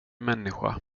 människa